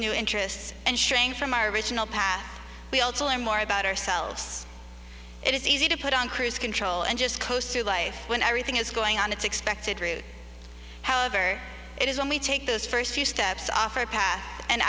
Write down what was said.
new interests and sharing from our original past we also learned more about ourselves it is easy to put on cruise control and just coast through life when everything is going on it's expected route however it is when we take those first few steps off our path and